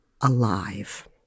alive